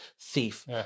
thief